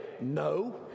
no